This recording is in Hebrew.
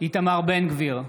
איתמר בן גביר,